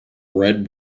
red